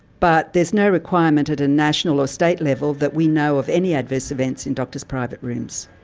but there's no requirement at a national or state level that we know of any adverse events in doctors' private rooms.